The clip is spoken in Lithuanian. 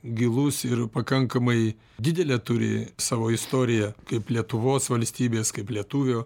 gilus ir pakankamai didelę turi savo istoriją kaip lietuvos valstybės kaip lietuvio